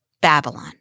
Babylon